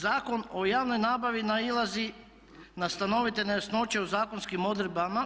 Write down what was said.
Zakon o javnoj nabavi nailazi na stanovite nejasnoće u zakonskim odredbama.